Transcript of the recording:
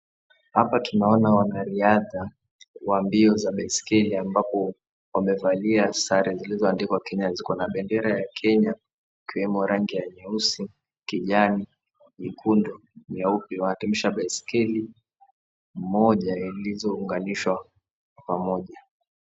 Hapa tunaona wanariadha wa mbio za baiskeli ambapo wamevalia sare zilizoandikwa Kenya. Ziko na bendera ya Kenya ikiwemo rangi ya nyeusi, kijani, nyekundu, nyeupe. Wanakimbisha baiskeli, moja ya ilizounganishwa pamoja.